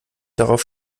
darauf